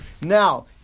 Now